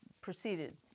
proceeded